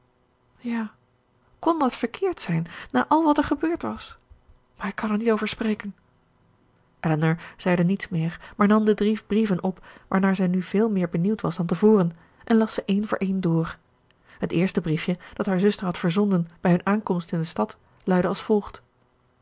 hem ja kon dat verkeerd zijn na al wat er gebeurd was maar ik kan er niet over spreken elinor zeide niets meer maar nam de drie brieven op waarnaar zij nu veel meer benieuwd was dan te voren en las ze een voor een dr het eerste briefje dat haar zuster had verzonden bij hun aankomst in de stad luidde als volgt